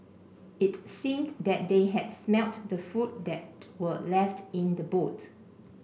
it seemed that they had smelt the food that were left in the boot